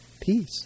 peace